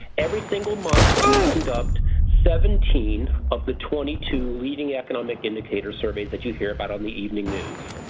every single month we conduct seventeen of the twenty two leading economic indicators surveys that you hear about on the evening news.